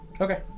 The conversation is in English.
Okay